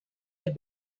had